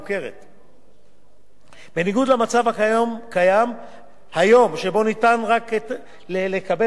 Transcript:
בניגוד למצב הקיים כיום שבו ניתן לקבל פטור רק על אחת משתי הקצבאות.